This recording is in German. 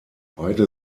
beide